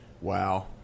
Wow